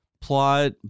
plot